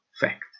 Fact